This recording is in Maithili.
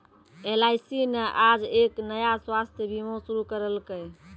एल.आई.सी न आज एक नया स्वास्थ्य बीमा शुरू करैलकै